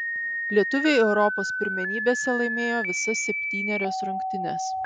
lietuviai europos pirmenybėse laimėjo visas septynerias rungtynes